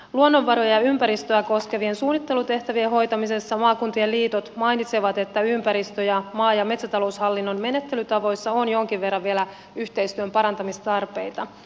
luonnonvaroja ja ympäristöä koskevien suunnittelutehtävien hoitamisessa maakuntien liitot mainitsevat että ympäristö ja maa ja metsätaloushallinnon menettelytavoissa on jonkin verran vielä yhteistyön parantamistarpeita